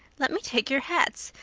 let me take your hats.